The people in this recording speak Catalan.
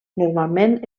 normalment